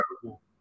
terrible